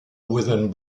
within